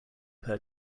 per